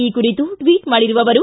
ಈ ಕುರಿತು ಟ್ವಿಟ್ ಮಾಡಿರುವ ಅವರು